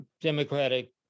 Democratic